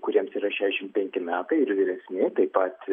kuriems yra šešiasdešimt penki metai ir vyresni taip pat